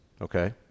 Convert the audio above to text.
okay